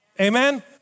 Amen